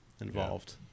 involved